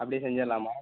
அப்படி செஞ்சிடலாமா